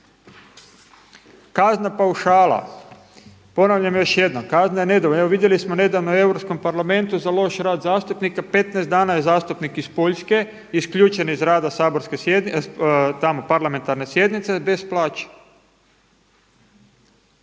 Kazna paušala. Ponavljam još jednom, kazna je nedovoljna. Evo vidjeli smo nedavno u Europskom parlamentu za loš rad zastupnika 15 dana je zastupnik iz Poljske isključen iz rada parlamentarne sjednice bez plaće.